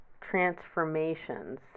transformations